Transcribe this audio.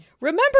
Remember